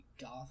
goth